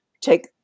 take